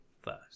first